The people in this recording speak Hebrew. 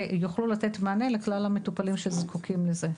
ויוכלו לתת מענה לכלל המטופלים שזקוקים לזה.